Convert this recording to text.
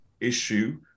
issue